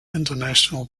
international